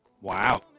Wow